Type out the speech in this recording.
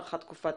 הארכת תקופת